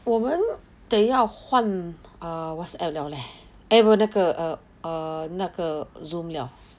我们得要换 err Whatsapp 了 leh eh 那个 err err 那个 Zoom 了